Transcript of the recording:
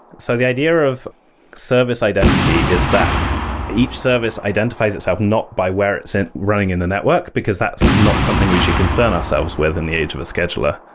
so the idea of service identity is that each service identifies itself not by where it's and running in the networking, because that's not something we should concern ourselves with in the age of a scheduler.